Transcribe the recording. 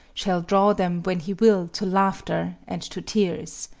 shall draw them, when he will, to laughter and to tears.